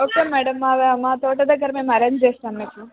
okay madam మా మా తోట దగ్గర మేము అరేంజ్ చేస్తాం మీకు